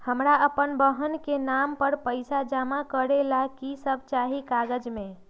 हमरा अपन बहन के नाम पर पैसा जमा करे ला कि सब चाहि कागज मे?